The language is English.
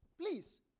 Please